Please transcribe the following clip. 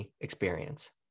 Experience